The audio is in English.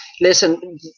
listen